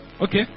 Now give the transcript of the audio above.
Okay